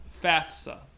FAFSA